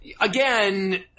Again